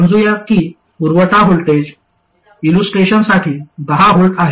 समजूया की पुरवठा व्होल्टेज इलुस्ट्रेशनसाठी 10V आहे